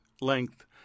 length